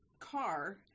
car